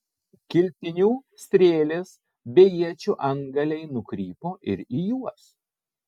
kilpinių strėlės bei iečių antgaliai nukrypo ir į juos